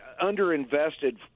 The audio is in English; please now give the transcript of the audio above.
underinvested